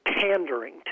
pandering